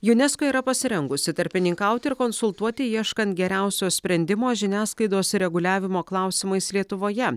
unesco yra pasirengusi tarpininkauti ir konsultuoti ieškant geriausio sprendimo žiniasklaidos reguliavimo klausimais lietuvoje